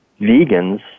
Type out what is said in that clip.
vegans